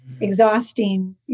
exhausting